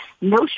no